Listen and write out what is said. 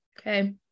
okay